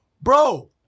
bro